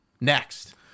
next